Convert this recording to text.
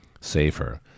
safer